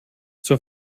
zur